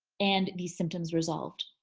and these symptoms resolved.